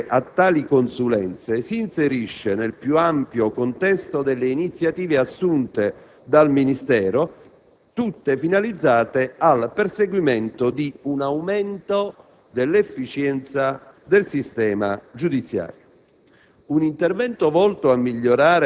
La scelta di ricorrere a tali consulenze si inserisce nel più ampio contesto delle iniziative assunte dal Ministero, tutte finalizzate al perseguimento di un aumento dell'efficienza del sistema giudiziario.